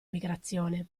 migrazione